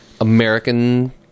American